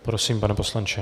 Prosím, pane poslanče.